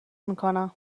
میکنم